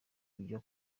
kujya